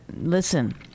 listen